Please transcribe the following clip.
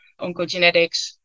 oncogenetics